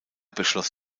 beschloss